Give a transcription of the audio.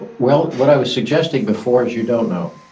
but well, what i was suggesting before, is you don't know.